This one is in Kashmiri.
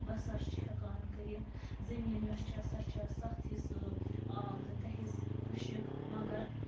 بَسَر چھ ہیٚکان کٔرِتھ زٔمیٖن یۄس چھِ سۄ چھِ ستھ حِصہٕ آب تہٕ ترٛےٚ حِصہٕ خۄشک مگر